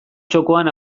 txokoan